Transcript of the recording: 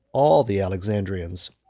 all the alexandrians,